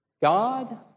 God